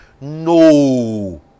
No